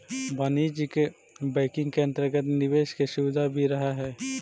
वाणिज्यिक बैंकिंग के अंतर्गत निवेश के सुविधा भी रहऽ हइ